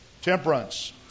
Temperance